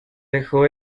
dejo